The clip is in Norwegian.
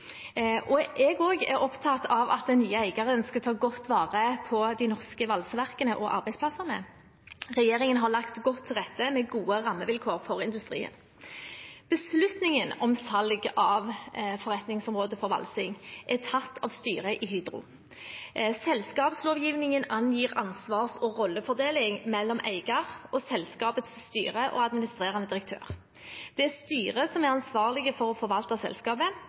er opptatt av at den nye eieren skal ta godt vare på de norske valseverkene og arbeidsplassene. Regjeringen har lagt godt til rette med gode rammevilkår for industrien. Beslutningen om salg av forretningsområdet for valsing er tatt av styret i Hydro. Selskapslovgivningen angir ansvars- og rollefordeling mellom eier, selskapets styre og administrerende direktør. Det er styret som er ansvarlig for å forvalte selskapet,